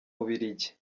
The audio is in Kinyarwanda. bubiligi